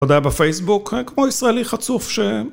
תודה בפייסבוק, כמו ישראלי חצוף ש...